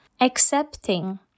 Accepting